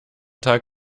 tag